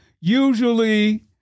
usually